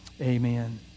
amen